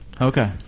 Okay